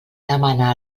demana